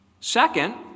Second